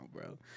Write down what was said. bro